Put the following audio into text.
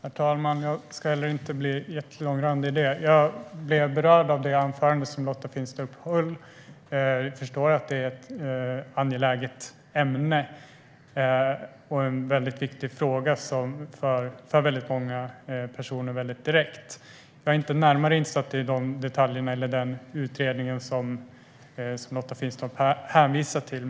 Herr talman! Jag ska inte heller bli så långrandig. Jag blev berörd av det anförande som Lotta Finstorp höll. Jag förstår att det är ett angeläget ämne och en mycket viktig fråga för många personer väldigt direkt. Jag är inte närmare insatt i detaljerna eller i den utredning som Lotta Finstorp hänvisar till.